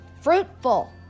fruitful